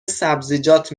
سبزیجات